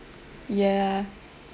ya